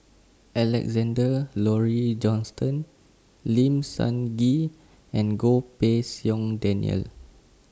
Alexander Laurie Johnston Lim Sun Gee and Goh Pei Siong Daniel